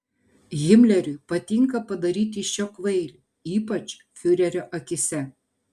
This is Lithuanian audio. himleriui patinka padaryti iš jo kvailį ypač fiurerio akyse